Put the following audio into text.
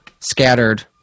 Scattered